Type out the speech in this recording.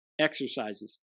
exercises